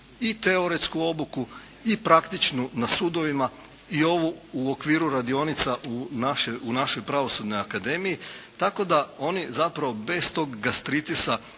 i teoretsku obuku i praktičnu na sudovima i ovu u okviru radionica u našoj Pravosudnoj akademiji tako da oni zapravo bez tog gastritisa